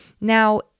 Now